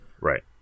Right